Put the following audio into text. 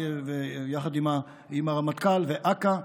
יחד עם הרמטכ"ל ואכ"א,